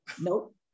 nope